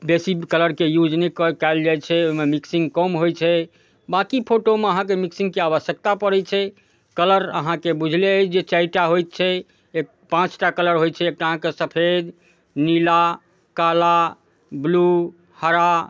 बेसी कलरके यूज नहि कएल जाइ छै ओहिमे मिक्सिङ्ग कम होइ छै बाँकी फोटोमे अहाँके मिक्सिङ्गके आवश्यकता पड़ै छै कलर अहाँके बुझले अइ जे चारिटा होइ छै पाँचटा कलर होइ छै एकटा अहाँके सफेद नीला काला ब्लू हरा